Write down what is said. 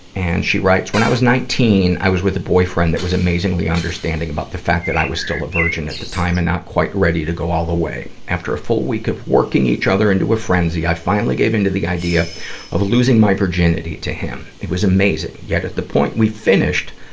and she writes, when i was nineteen, i was with a boyfriend that was amazingly understanding about the fact that i was still a virgin at the time and not quite ready to go all the way. after a full week of working each other into a frenzy, i finally gave into the idea of losing my virginity to him. it was amazing, yet at the point we finished,